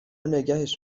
نگهش